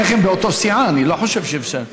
שניכם באותה סיעה, אני לא חושב שאפשר.